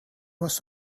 was